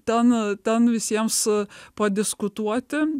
ten ten visiems padiskutuoti